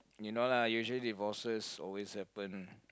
you know lah usually divorces always happen